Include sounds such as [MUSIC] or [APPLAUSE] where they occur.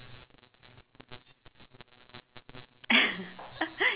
[LAUGHS]